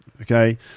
okay